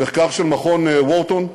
במחקר של מכון Wharton,